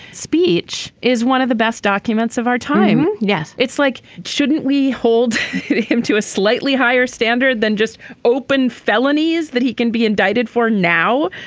speech is one of the best documents of our time. yes it's like shouldn't we hold him to a slightly higher standard than just open felonies that he can be indicted for now.